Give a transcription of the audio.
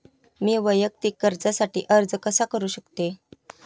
मी वैयक्तिक कर्जासाठी अर्ज कसा करु शकते?